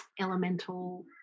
elemental